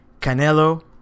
Canelo